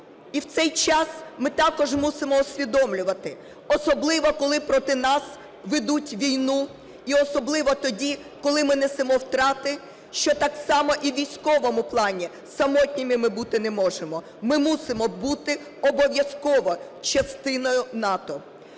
І в цей час ми також мусимо усвідомлювати, особливо, коли проти нас ведуть війну, і особливо тоді, коли несемо втрати, що так само і в військовому плані самотніми ми бути не можемо. Ми мусимо бути обов'язково частиною НАТО.